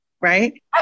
Right